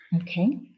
Okay